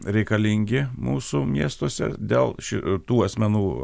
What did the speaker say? reikalingi mūsų miestuose dėl šitų asmenų